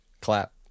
Clap